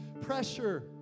pressure